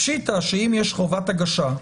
פשיטתא שאם יש חובת הגשה,